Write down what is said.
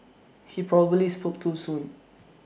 he probably spoke too soon